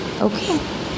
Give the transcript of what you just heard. okay